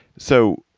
so.